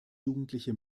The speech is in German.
jugendliche